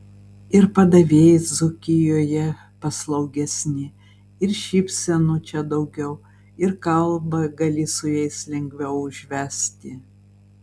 ir padavėjai dzūkijoje paslaugesni ir šypsenų čia daugiau ir kalbą gali su jais lengviau užvesti